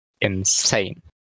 insane